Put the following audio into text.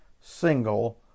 single